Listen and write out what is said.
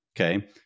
okay